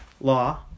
law